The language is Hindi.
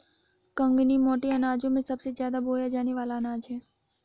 कंगनी मोटे अनाजों में सबसे ज्यादा बोया जाने वाला अनाज है